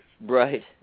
Right